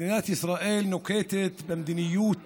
מדינת ישראל נוקטת מדיניות